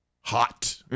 hot